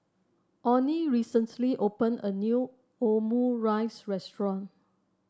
Oney recently open a new Omurice restaurant